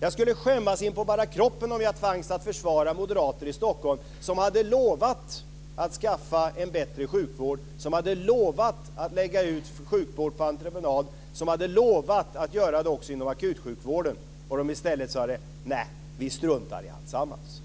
Jag skulle skämmas in på bara kroppen om jag tvingades att försvara moderater i Stockholm som hade lovat att skaffa en bättre sjukvård, som hade lovat att lägga ut sjukvård på entreprenad och som hade lovat att göra det också inom akutsjukvården om de i stället sade: Nej, vi struntar i alltsammans.